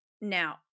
Now